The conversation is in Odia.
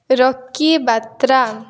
ରକି ବାତ୍ରା